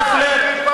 בהחלט.